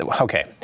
Okay